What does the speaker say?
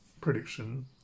prediction